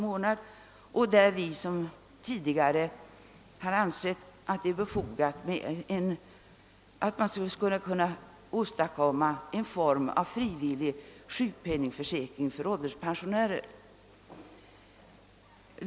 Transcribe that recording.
Liksom vi gjort tidigare framhåller vi också i denna motion att det är motiverat att söka åstadkomma en form av frivillig sjukpenningförsäkring för ålderspensionärer.